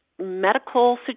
medical